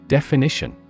Definition